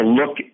look